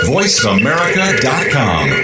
VoiceAmerica.com